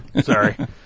Sorry